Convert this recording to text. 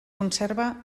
conserva